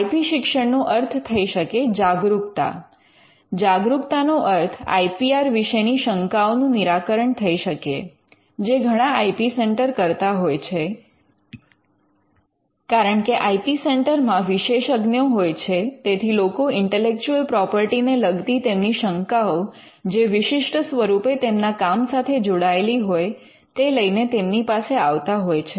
I P શિક્ષણનો અર્થ થઈ શકે જાગરૂકતા જાગરૂકતા નો અર્થ આઈ પી આર વિશેની શંકાઓનું નિરાકરણ થઈ શકે જે ઘણા આઇ પી સેન્ટર કરતા હોય છે કારણ કે આઇ પી સેન્ટર માં વિશેષજ્ઞો હોય છે તેથી લોકો ઇન્ટેલેક્ચુઅલ પ્રોપર્ટી ને લગતી તેમની શંકાઓ જે વિશિષ્ટ સ્વરૂપે તેમના કામ સાથે જોડાયેલી હોય તે લઈને તેમની પાસે આવતા હોય છે